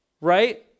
right